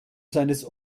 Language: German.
seines